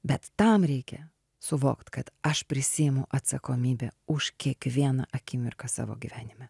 bet tam reikia suvokt kad aš prisiimu atsakomybę už kiekvieną akimirką savo gyvenime